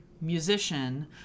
musician